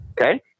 okay